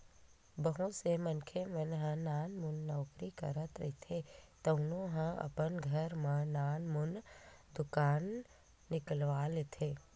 बहुत से मनखे ह नानमुन नउकरी करत रहिथे तउनो ह अपन घर म नानमुन दुकान निकलवा लेथे